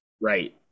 Right